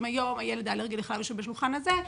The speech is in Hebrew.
אם היום הילד האלרגי לחלב יושב בשולחן הזה,